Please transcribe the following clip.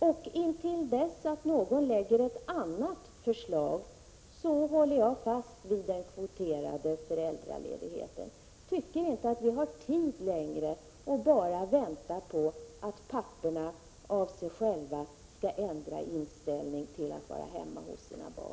Intill dess någon lägger fram ett annat förslag med vilket vi når samma syfte, håller jag fast vid förslaget om kvoterad föräldraledighet. Vi har inte längre tid att bara vänta på att papporna av egen kraft skall ändra sin inställning till att stanna hemma hos sina barn.